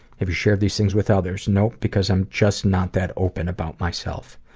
have you shared these things with others? nope, because i'm just not that open about myself.